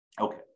okay